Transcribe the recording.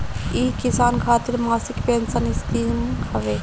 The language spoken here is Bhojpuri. इ किसान खातिर मासिक पेंसन स्कीम हवे